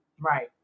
Right